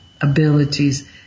abilities